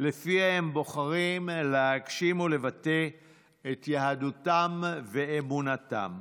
שלפיה הם בוחרים להגשים ולבטא את יהדותם ואמונתם.